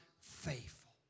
faithful